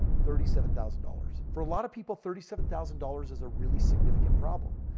thirty seven thousand dollars. for a lot of people, thirty seven thousand dollars is a really significant problem.